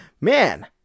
Man